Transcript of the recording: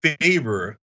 favor